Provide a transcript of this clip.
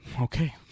Okay